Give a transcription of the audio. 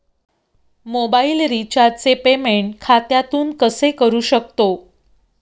Mobile रिचार्जचे payment खात्यातून कसे करू शकतो?